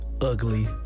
ugly